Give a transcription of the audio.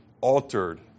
altered